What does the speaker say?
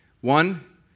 One